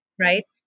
right